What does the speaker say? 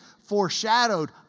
foreshadowed